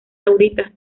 saudita